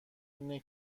اینه